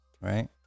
Right